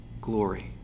glory